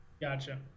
Gotcha